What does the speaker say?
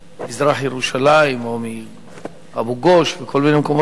ממזרח-ירושלים או מאבו-גוש ומכל מיני מקומות אחרים,